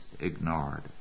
ignored